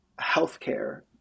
healthcare